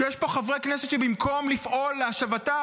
שיש פה חברי כנסת שבמקום לפעול להשבתה